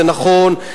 זה נכון,